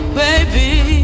baby